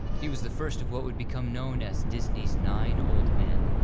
he was the first of what would become known as disney's nine old men,